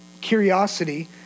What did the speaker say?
Curiosity